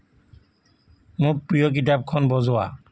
মোৰ প্ৰিয় কিতাপখন বজোৱা